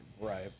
Right